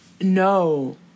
No